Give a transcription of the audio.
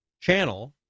channel